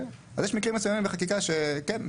אז יש מקרים מסוימים בחקיקה שכן,